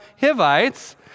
Hivites